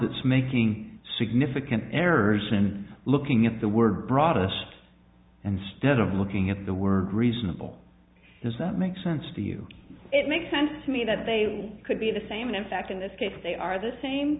that's making significant errors in looking at the word brought us and stead of looking at the word reasonable does that make sense to you it makes sense to me that they could be the same and in fact in this case they are the same